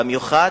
במיוחד,